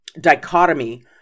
dichotomy